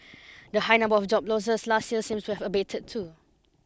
the high number of job losses last year seems to have abated too